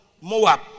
Moab